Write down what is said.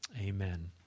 amen